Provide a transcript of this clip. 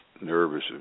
nervous